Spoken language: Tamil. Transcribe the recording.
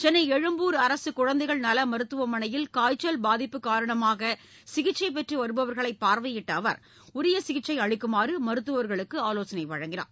சென்னை எழும்பூர் அரசு குழந்தைகள் நல மருத்துவமனையில் காய்ச்சல் பாதிப்பு காரணமாக சிகிச்சை பெற்று வருபவர்களை பார்வையிட்ட அவர் உரிய சிகிச்சை அளிக்குமாறு மருத்துவர்களுக்கு ஆலோசனை வழங்கினார்